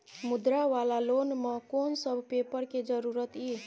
मुद्रा वाला लोन म कोन सब पेपर के जरूरत इ?